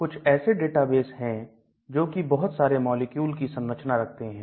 कुछ ऐसे डेटाबेस हैं जो कि बहुत सारे मॉलिक्यूल की संरचना रखते हैं